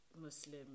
muslim